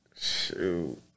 Shoot